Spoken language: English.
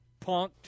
punked